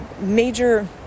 major